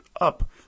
up